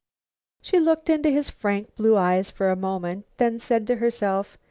she looked into his frank blue eyes for a moment, then said to herself,